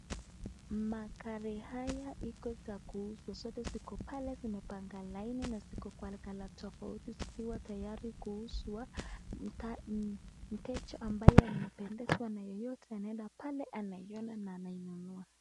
Magari haya iko za kuuzwa. Zote ziko pale zimepanga laini na ziko kwa color tofauti zikiwa tayari kuuzwa mteja ambaye amependezwa naye yeyote anaenda pale anaiona na anainunua.